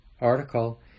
article